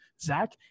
Zach